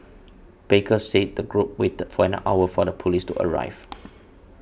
baker said the group waited for an hour for the police to arrive